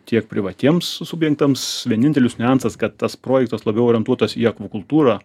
tiek privatiems subjenktams vienintelis niuansas kad tas projektas labiau orientuotas į akvakultūrą